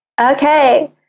okay